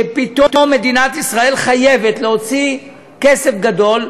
שפתאום מדינת ישראל חייבת להוציא כסף גדול,